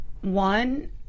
One